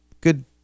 good